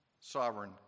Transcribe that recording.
sovereign